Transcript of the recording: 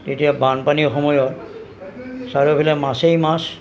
তেতিয়া বানপানীৰ সময়ত চাৰিওফালে মাছেই মাছ